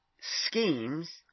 schemes